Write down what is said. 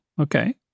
okay